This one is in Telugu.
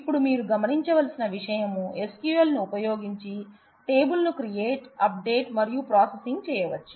ఇప్పుడు మీరు గమనించవలసిన విషయం SQL ను ఉపయోగించి టేబుల్ ను క్రియేట్ అప్డేట్ మరియు ప్రాసెసింగ్ చేయవచ్చు